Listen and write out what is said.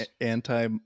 anti